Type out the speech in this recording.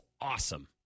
awesome